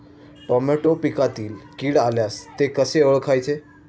Tomato पिकातील कीड असल्यास ते कसे ओळखायचे?